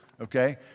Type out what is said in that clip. okay